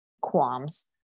qualms